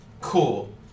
cool